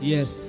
Yes